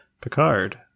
Picard